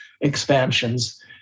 expansions